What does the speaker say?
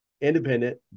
independent